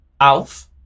Alf